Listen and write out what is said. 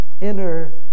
inner